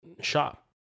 shop